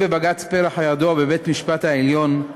בבג"ץ פרח הידוע, בית-המשפט העליון,